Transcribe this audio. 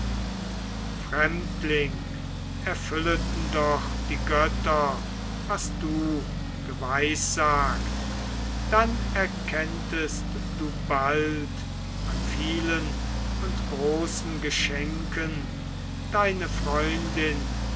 fremdling erfülleten doch die götter was du geweissagt dann erkenntest du bald an vielen und großen geschenken deine freundin